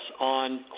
on